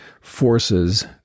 forces